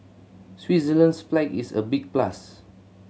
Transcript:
Switzerland's flag is a big plus